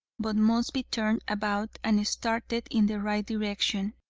but must be turned about and started in the right direction.